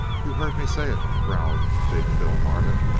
you heard me say it, growled big phil marvin.